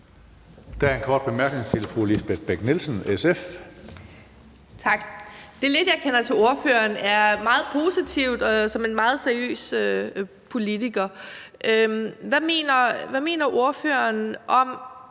Det lidt, jeg kender til ordføreren, er meget positivt. Jeg kender hende som en meget seriøs politiker. Hvad mener ordføreren om